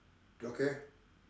okay